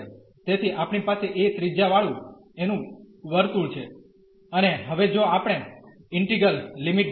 તેથી આપણી પાસે a ત્રિજ્યા વાળૂં એનું વર્તુળ છે અને હવે જો આપણે ઇન્ટીગ્રલ લિમિટ જોઈએ